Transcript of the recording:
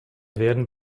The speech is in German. werden